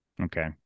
okay